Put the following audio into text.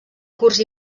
curs